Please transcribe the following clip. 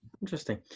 interesting